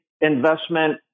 investment